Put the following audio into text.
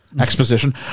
exposition